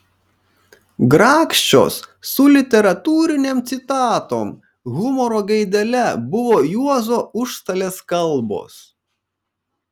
grakščios su literatūrinėm citatom humoro gaidele buvo juozo užstalės kalbos